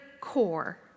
core